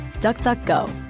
DuckDuckGo